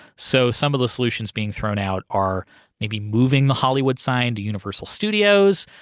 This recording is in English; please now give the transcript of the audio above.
so some of the solutions being thrown out are maybe moving the hollywood sign to universal studios.